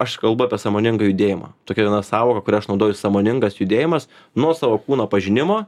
aš kalbu apie sąmoningą judėjimą tokia viena sąvoka kurią aš naudoju sąmoningas judėjimas nuo savo kūno pažinimo